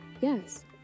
Yes